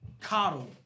coddle